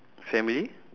family